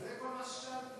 זה כל מה ששאלתי, זה הכול.